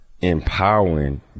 empowering